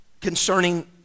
Concerning